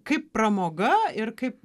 kaip pramoga ir kaip